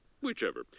Whichever